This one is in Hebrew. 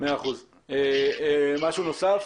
משהו נוסף